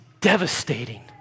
devastating